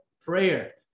prayer